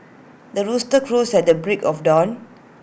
the rooster crows at the break of dawn